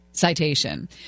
citation